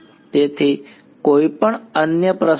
તેથી કોઈપણ અન્ય પ્રશ્નો છે